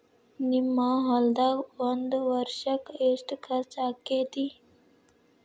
ನಿಮ್ಮ ಹೊಲ್ದಾಗ ಒಂದ್ ವರ್ಷಕ್ಕ ಎಷ್ಟ ಖರ್ಚ್ ಆಕ್ಕೆತಿ?